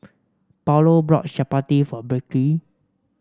Paulo brought chappati for Berkley